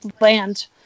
land